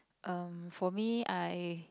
um for me I